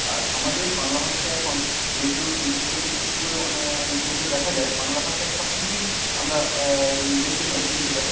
আর আমাদের বাংলা ভাষাতে এখন রেডিও টেলিভিশন থেকে শুরু করে অনেক যেগুলো দেখা যায় বাংলা ভাষায় সব কিছুই আমরা দেখতে পাই শুনতে পাই